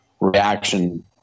reaction